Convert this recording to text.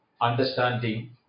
understanding